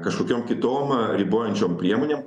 kažkokiom kitom ribojančiom priemonėm